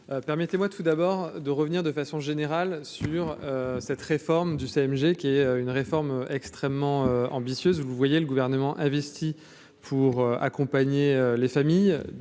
Permettez-moi tout d'abord de revenir de façon générale sur cette réforme du CMG, qui est une réforme extrêmement ambitieuse, vous voyez le gouvernement investit pour accompagner les familles